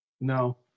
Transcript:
No